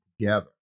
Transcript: together